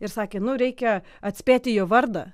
ir sakė nu reikia atspėti jo vardą